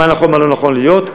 מה נכון מה לא נכון להיות.